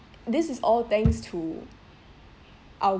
this is all thanks to our